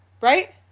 Right